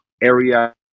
area